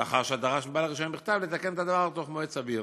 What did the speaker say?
לאחר שדרש מבעל הרישיון בכתב לתקן את הדבר תוך מועד סביר".